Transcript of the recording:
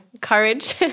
courage